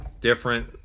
different